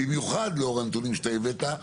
במיוחד לאור הנתונים שהבאת,